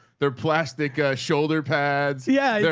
their plastic shoulder pads. yeah yeah.